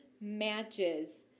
matches